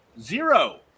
zero